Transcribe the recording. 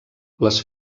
les